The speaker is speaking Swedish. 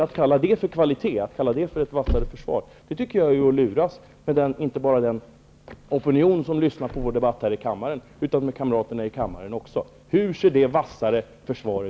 Att kalla det för kvalitet, för ett vassare försvar, är att lura inte bara den opinion som lyssnar på vår debatt utan också kamraterna i kammaren. Hur ser detta ''vassare''